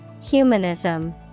Humanism